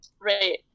Right